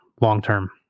long-term